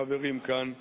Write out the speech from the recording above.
החברים כאן,